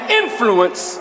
influence